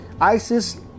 ISIS